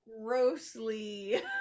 grossly